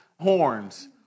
horns